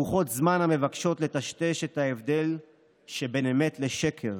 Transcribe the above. ברוחות הזמן המבקשות לטשטש את ההבדל שבין אמת לשקר